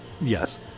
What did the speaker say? Yes